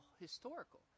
historical